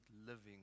living